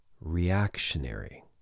reactionary